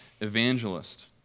evangelist